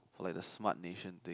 like the SmartNation thing